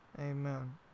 amen